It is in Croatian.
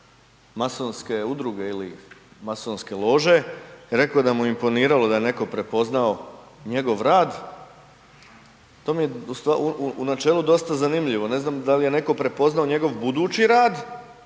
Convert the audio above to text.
masonske udruge ili masonske lože, rekao je da mu je imponiralo da je neko prepoznao njegov rad. To mi je u načelu dosta zanimljivo, ne znam da li je netko prepoznao njegov budući rad